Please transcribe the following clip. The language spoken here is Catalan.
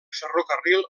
ferrocarril